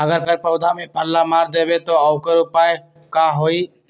अगर पौधा में पल्ला मार देबे त औकर उपाय का होई?